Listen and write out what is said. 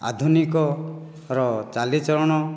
ଆଧୁନିକର ଚାଲି ଚଲଣ